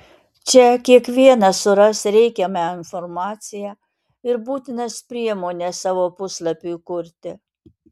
čia kiekvienas suras reikiamą informaciją ir būtinas priemones savo puslapiui kurti